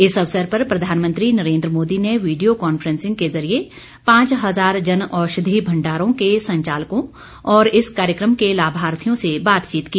इस अवसर पर प्रधानमंत्री नरेन्द्र मोदी ने वीडियो कांफ्रेंसिंग के जरिये पांच हजार जन औषधि भण्डारों के संचालकों और इस कार्यक्रम के लाभार्थियों से बातचीत की